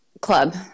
Club